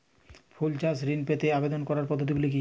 ফুল চাষে ঋণ পেতে আবেদন করার পদ্ধতিগুলি কী?